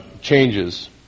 changes